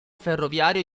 ferroviario